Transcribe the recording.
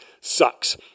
sucks